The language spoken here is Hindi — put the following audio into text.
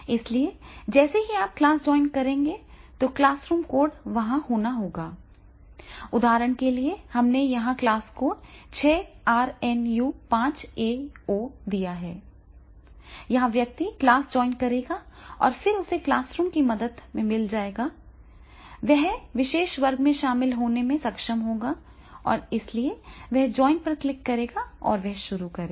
इसलिए जैसे ही आप क्लास ज्वाइन करेंगे तो क्लासरूम कोड वहां होना होगा उदाहरण के लिए हमने यहां यह क्लास कोड 6rnu5aO दिया है यहां व्यक्ति क्लास ज्वाइन करेगा और फिर उसे क्लासरूम की मदद से मिल जाएगा कोड वह उस विशेष वर्ग में शामिल होने में सक्षम होगा इसलिए वह जॉइन पर क्लिक करेगा और वह शुरू करेगा